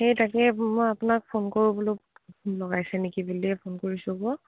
সেই তাকে মই আপোনাক ফোন কৰোঁ বোল লগাইছে নেকি বিয়ে ফোন কৰিছোঁ ব